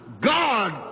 God